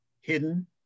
hidden